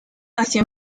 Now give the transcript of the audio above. nació